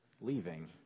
leaving